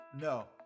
No